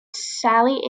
sally